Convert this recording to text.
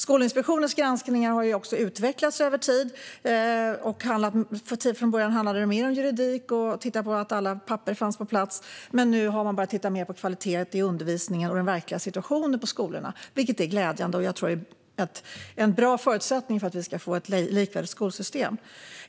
Skolinspektionens granskningar har också utvecklats över tid. Från början handlade det mer om juridik och att man skulle titta på att alla papper fanns på plats, men nu har man börjat titta mer på kvaliteten i undervisningen och den verkliga situationen på skolorna. Det är glädjande och, tror jag, också en bra förutsättning för att vi ska få ett likvärdigt skolsystem.